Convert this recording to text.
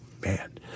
Man